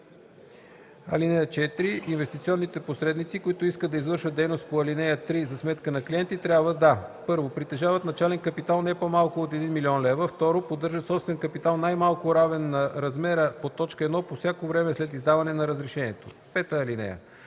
ал. 4. (4) Инвестиционните посредници, които искат да извършват дейност по ал. 3 за сметка на клиенти, трябва да: 1. притежават начален капитал не по-малко от 1 000 000 лв.; 2. поддържат собствен капитал най-малко равен на размера по т. 1 по всяко време след издаване на разрешението. (5)